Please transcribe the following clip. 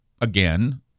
again